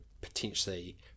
potentially